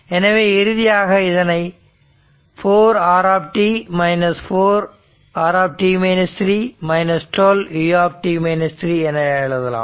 எனவே இறுதியாக இதனை 4 r 4 r 12 u இவ்வாறு எழுதலாம்